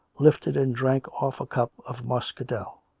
lifted and drank off a cup of muscadel.